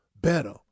better